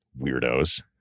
weirdos